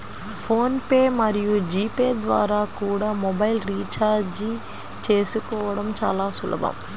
phone pay మరియు GPay ద్వారా కూడా మొబైల్ రీఛార్జి చేసుకోవడం చాలా సులభం